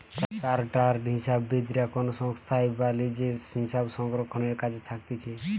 chartered হিসাববিদরা কোনো সংস্থায় বা লিজে হিসাবরক্ষণের কাজে থাকতিছে